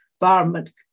environment